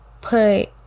put